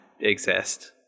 exist